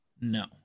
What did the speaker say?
No